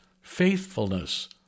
faithfulness